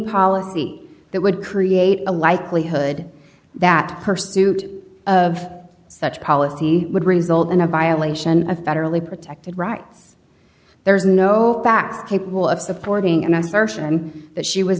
policy that would create a likelihood that pursuit of such policy would result in a violation of federally protected rights there's no attacks capable of supporting and i'm certain that she was